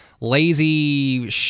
Lazy